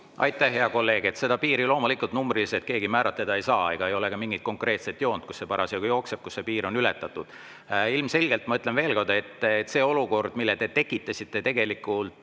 Aitäh, hea kolleeg! Seda piiri loomulikult numbriliselt keegi määratleda ei saa ega ole ka mingit konkreetset joont, kus see parasjagu jookseb ja kus see piir on ületatud. Ilmselgelt, ma ütlen veel kord, see olukord, mille te tekitasite 2024. aasta